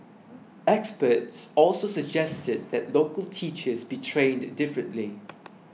experts also suggested that local teachers be trained differently